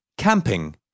Camping